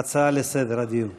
הצעה לסדר הדיון.